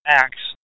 acts